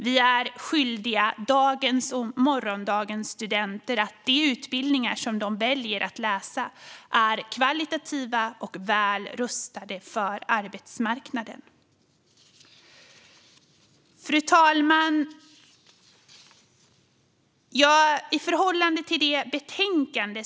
Vi är skyldiga dagens och morgondagens studenter att de utbildningar som de väljer att läsa är högkvalitativa och väl rustade för arbetsmarknaden. Fru talman!